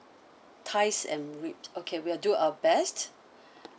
thighs and ribs okay we'll do our best